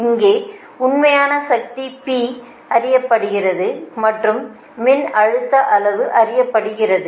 இங்கே உண்மையான சக்தி P அறியப்படுகிறது மற்றும் மின்னழுத்த அளவு அறியப்படுகிறது